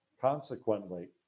Consequently